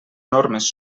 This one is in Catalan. normes